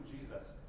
Jesus